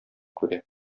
күрә